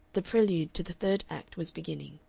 the prelude to the third act was beginning,